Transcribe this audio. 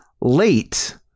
late